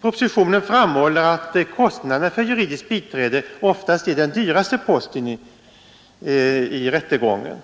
Propositionen framhåller att kostnaden för juridiskt biträde oftast är den dyraste posten i rättegången.